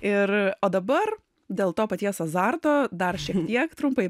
ir o dabar dėl to paties azarto dar šiek tiek trumpai